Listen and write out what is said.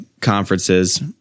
conferences